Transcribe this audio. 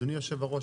אדוני יושב הראש,